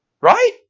Right